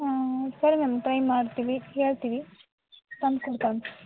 ಹಾಂ ಸರಿ ma'am try ಮಾಡ್ತೀವಿ ಕೇಳ್ತೀವಿ ತಂದು ಕೊಡ್ತಾ